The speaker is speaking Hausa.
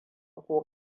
ko